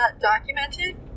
documented